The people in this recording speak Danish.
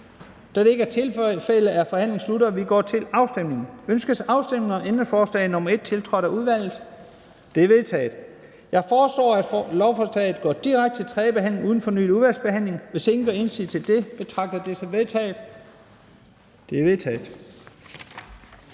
Afstemning Første næstformand (Leif Lahn Jensen): Ønskes afstemning om ændringsforslag nr. 1, tiltrådt af udvalget? Det er vedtaget. Jeg foreslår, at lovforslaget går direkte til tredje behandling uden fornyet udvalgsbehandling. Hvis ingen gør indsigelse mod det, betragter jeg det som vedtaget. Det er vedtaget.